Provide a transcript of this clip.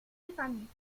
gefangen